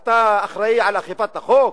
אתה אחראי לאכיפת החוק?